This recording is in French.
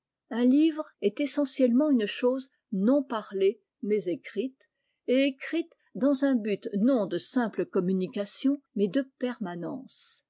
un livre est essentiellement une chose non parlée mais écrite i et écrite dans un but non de simple communication mais de permanence